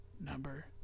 number